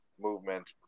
movement